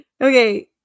Okay